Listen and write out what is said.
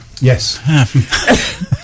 Yes